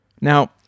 Now